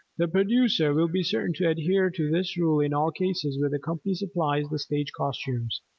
the producer will be certain to adhere to this rule in all cases where the company supplies the stage costumes,